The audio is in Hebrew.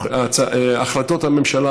החלטות הממשלה,